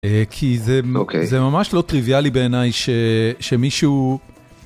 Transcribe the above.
כי זה ממש לא טריוויאלי בעיניי שמישהו...